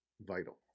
vital